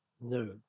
No